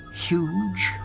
Huge